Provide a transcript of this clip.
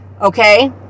okay